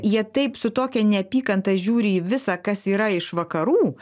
jie taip su tokia neapykanta žiūri į visa kas yra iš vakarų